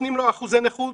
נותנים לו אחוזי נכות,